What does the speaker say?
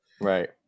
Right